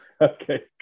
Okay